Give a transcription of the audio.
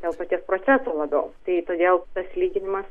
dėl paties proceso labiau tai todėl tas lyginimas